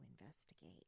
investigate